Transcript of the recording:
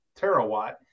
terawatt